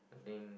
I think